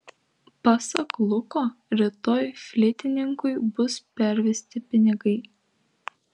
pasak luko rytoj fleitininkui bus pervesti pinigai